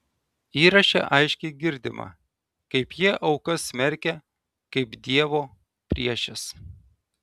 įraše aiškiai girdima kaip jie aukas smerkia kaip dievo priešes